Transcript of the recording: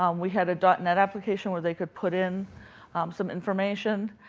um we had a dot net application where they could put in some information,